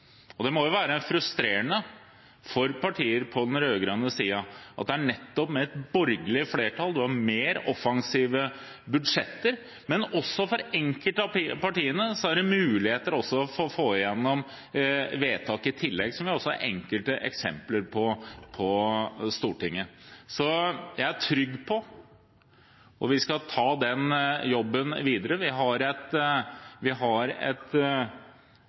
Og det må jo være frustrerende for partier på den rød-grønne siden at det er med nettopp et borgerlig flertall man har fått mer offensive budsjetter, og at det for enkeltpartier også er muligheter for å få gjennom vedtak i tillegg, som vi har enkelte eksempler på i Stortinget. Så jeg er trygg på at vi skal ta den jobben videre. Vi har en samarbeidsavtale som bl.a. går ut på at vi skal forsterke klimaforliket og kollektivsatsingen. Vi har